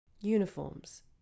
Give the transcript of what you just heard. Uniforms